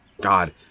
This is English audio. god